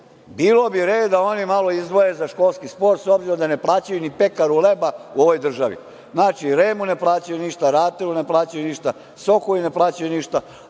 bilo bi red da oni malo izdvoje za školski sport s obzirom da ne plaćaju ni pekaru hleba u ovoj državi. Znači REM-u ne plaćaju ništa, RATEL-u, ne plaćaju ništa Sokoju, a kada